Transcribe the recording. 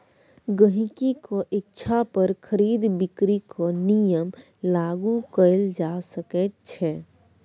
गहिंकीक इच्छा पर खरीद बिकरीक नियम लागू कएल जा सकैत छै